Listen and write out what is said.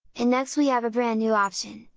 and next we have a brand new option,